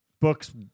book's